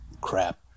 crap